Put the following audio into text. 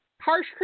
Harsh